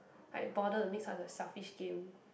like bother to make such a selfish game